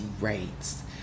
rates